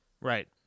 Right